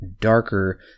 darker